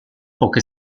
poche